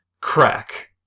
crack